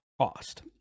cost